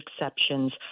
exceptions